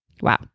wow